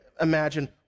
imagine